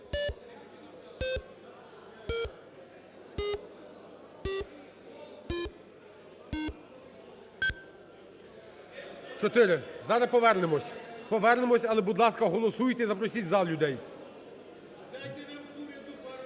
повернемося, повернемося, але, будь ласка, голосуйте і запросіть в зал людей.